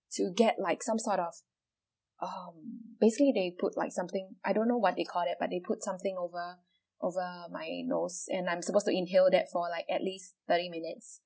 to get like some sort of um basically they put like something I don't know what it call that but they put something over over my nose and I'm supposed to inhale that for like at least thirty minutes